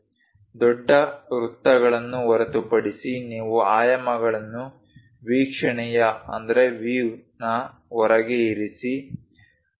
ದೊಡ್ಡ ವೃತ್ತಗಳನ್ನು ಹೊರತುಪಡಿಸಿ ನೀವು ಆಯಾಮಗಳನ್ನು ವೀಕ್ಷಣೆಯ ಹೊರಗೆ ಇರಿಸಿ